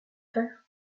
faire